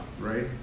right